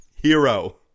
hero